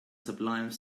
sublime